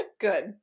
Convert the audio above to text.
Good